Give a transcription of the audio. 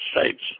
States